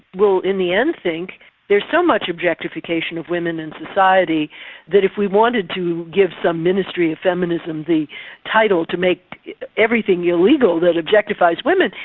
in the end, think there's so much objectification of women in society that if we wanted to give some ministry of feminism the title to make everything illegal that objectifies women,